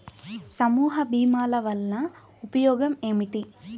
సమూహ భీమాల వలన ఉపయోగం ఏమిటీ?